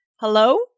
Hello